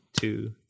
two